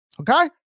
Okay